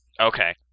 Okay